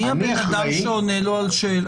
מי הבן אדם שעונה לו על שאלות?